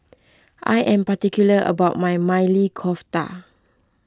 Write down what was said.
I am particular about my Maili Kofta